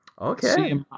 Okay